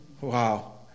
Wow